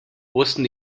wussten